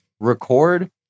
record